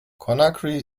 conakry